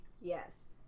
yes